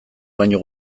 baino